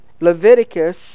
Leviticus